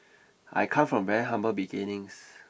I come from very humble beginnings